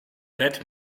that